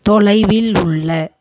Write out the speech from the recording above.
தொலைவில் உள்ள